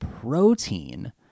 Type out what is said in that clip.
protein